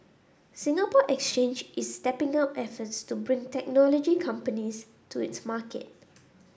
Singapore Exchange is stepping up efforts to bring technology companies to its market